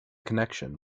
connection